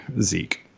Zeke